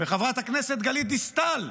חברת הכנסת גלית דיסטל,